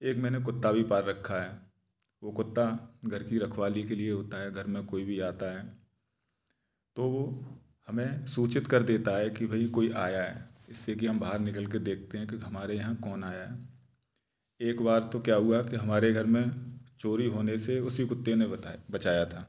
एक मैंने कुत्ता भी पाल रखा है वो कुत्ता घर की रखवाली के लिए होता है घर में कोई भी आता है तो वो हमें सूचित कर देता है कि भई कोई आया है इससे कि हम बाहर निकल के देखते हैं कि हमारे यहाँ कौन आया एक बार तो क्या हुआ कि हमारे घर में चोरी होने से उसी कुत्ते ने बचाया था